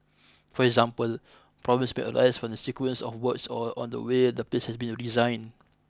for example problems may arise from the sequence of works or or the way the place has been designed